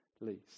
least